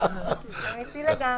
אמיתי לגמרי.